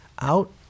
out